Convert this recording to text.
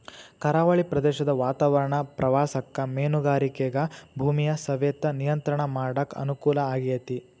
ಕರಾವಳಿ ಪ್ರದೇಶದ ವಾತಾವರಣ ಪ್ರವಾಸಕ್ಕ ಮೇನುಗಾರಿಕೆಗ ಭೂಮಿಯ ಸವೆತ ನಿಯಂತ್ರಣ ಮಾಡಕ್ ಅನುಕೂಲ ಆಗೇತಿ